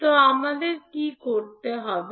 তো আমাদের কী করতে হবে